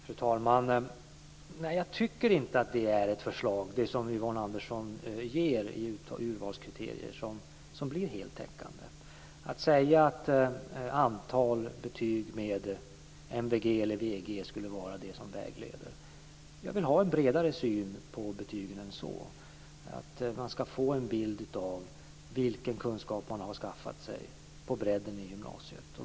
Fru talman! Jag tycker inte att det som Yvonne Andersson föreslår när det gäller urvalskriterier blir heltäckande, dvs. att antalet MVG eller VG-betyg ska vara det som vägleder. Jag vill ha en bredare syn på betygen än så. De ska ge en bild av vilken kunskap man har skaffat sig på bredden i gymnasiet.